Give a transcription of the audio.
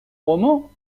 roman